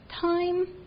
time